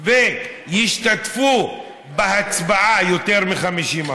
שישתתפו בהצבעה יותר מ-50%,